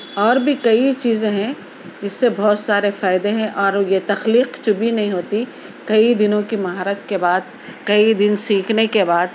اور بھی کئی چیزیں ہیں جس سے بہت سارے فائدے ہیں اور یہ تخلیق چُبھی نہیں ہوتی کئی دنوں کی مہارت کے بعد کئی دِن سیکھنے کے بعد